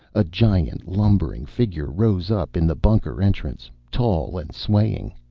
a giant lumbering figure rose up in the bunker entrance, tall and swaying.